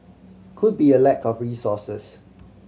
could be a lack of resources